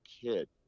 kid